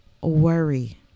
worry